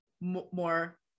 more